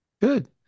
Good